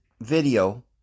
video